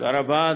תודה רבה,